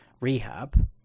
rehab